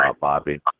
Bobby